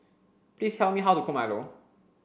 please tell me how to cook Milo